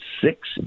six